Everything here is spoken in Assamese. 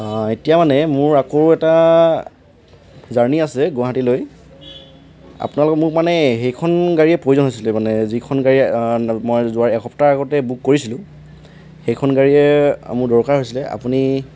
এতিয়া মানে মোৰ আকৌ এটা জাৰ্ণি আছে গুৱাহাটীলৈ আপোনালোক মোক মানে সেইখন গাড়ীয়ে প্ৰয়োজন হৈছিলে মানে যিখন গাড়ী মই যোৱাৰ এসপ্তাহ আগতে বুক কৰিছিলোঁ সেইখন গাড়ীয়ে মোৰ দৰকাৰ হৈছিলে আপুনি